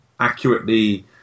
accurately